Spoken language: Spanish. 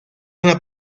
una